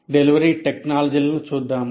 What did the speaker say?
delivery టెక్నాలజీలను చూద్దాం